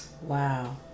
Wow